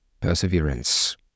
perseverance